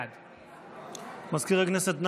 בעד מזכיר הכנסת,